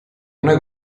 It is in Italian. noi